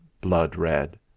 blood-red